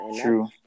True